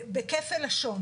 בכפל לשון.